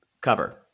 cover